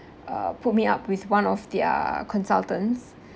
uh put me up with one of their consultants